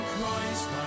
Christ